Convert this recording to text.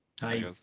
Hi